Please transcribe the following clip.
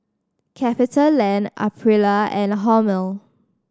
CapitaLand Aprilia and Hormel